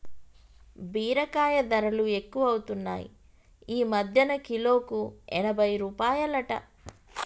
బీరకాయ ధరలు ఎక్కువున్నాయ్ ఈ మధ్యన కిలోకు ఎనభై రూపాయలట